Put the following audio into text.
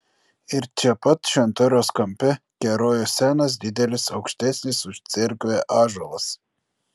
ir čia pat šventoriaus kampe kerojo senas didelis aukštesnis už cerkvę ąžuolas